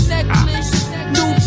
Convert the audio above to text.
New